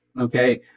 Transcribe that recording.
okay